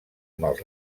mals